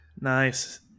Nice